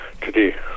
today